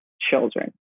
children